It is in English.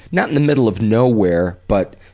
not in the midddle of nowhere, but